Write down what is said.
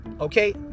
Okay